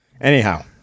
Anyhow